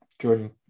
Jordan